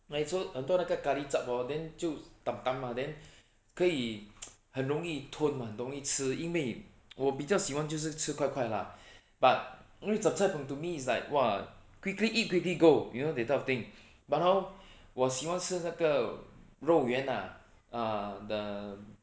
so 很多那个 curry zhup hor then 就 dam dam mah then 可以 很容易吞 mah 很容易吃因为我比较喜欢就是吃快快 lah but 因为 zhup cai png to me is like !wah! quickly eat quickly go you know that type of thing but hor 我喜欢吃那个肉圆 ah uh the